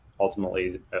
ultimately